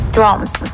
Drums